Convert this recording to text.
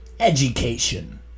education